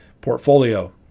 portfolio